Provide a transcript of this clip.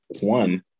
one